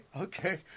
okay